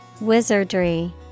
Wizardry